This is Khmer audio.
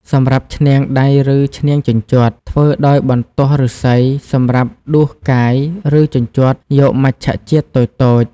សម្រាប់ឈ្នាងដៃឬ ឈ្នាងជញ្ជាត់ ធ្វើដោយបន្ទោះឫស្សីសម្រាប់ដួសកោយ ឬជញ្ជាត់ យកមច្ឆជាតិតូចៗ។